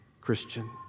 Christian